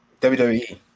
WWE